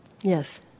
yes